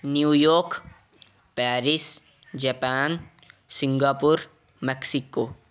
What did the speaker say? New York Paris Japan Singapore Mexico